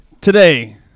Today